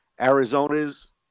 Arizona's